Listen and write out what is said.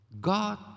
God